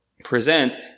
present